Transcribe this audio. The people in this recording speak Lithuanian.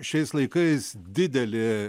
šiais laikais didelė